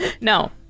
No